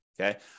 Okay